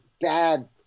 bad